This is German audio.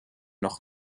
noch